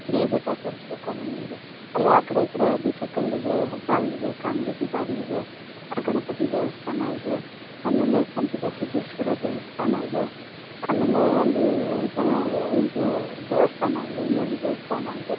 ಇಡೀ ಬೆಟ್ಟ ತೋರಿಸ್ಬೇಕು ಅಂದ್ರೆ ನಿಮಗೆ ಅಲ್ಲೇ ಆ ಕಡೆ ಈ ಕಡೆ ಕಲ್ಲು ಇದೆ ಹೆಬ್ಬಾಗ್ಲು ಇದೆ ಬಾಗ್ಲು ಇದೆ ಗಣಪತಿ ದೇವಸ್ಥಾನ ಇದೆ ಆಮೇಲೆ ಸಂಪಿಗೆ ಸಿದ್ಧೇಶ್ವರ ದೇವಸ್ಥಾನ ಇದೆ ಆಮೇಲೆ ಅಲ್ಲಿ ಇದು ದೇವಸ್ಥಾನ ಇದೆ ಇನ್ನೊಂದು ದೇವಸ್ಥಾನ ಇದೆ